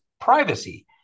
privacy